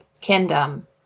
kingdom